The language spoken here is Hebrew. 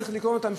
צריך לקנות אותם,